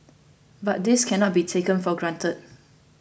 but this cannot be taken for granted